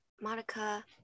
Monica